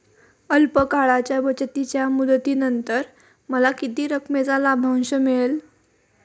अल्प काळाच्या बचतीच्या मुदतीनंतर मला किती रकमेचा लाभांश मिळेल?